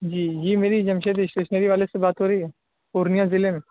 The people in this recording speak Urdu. جی جی میری جمشید اسٹیشنری والے سے بات ہو رہی ہے پورنیہ ضلع میں